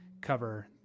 cover